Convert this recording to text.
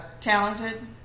Talented